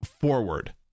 forward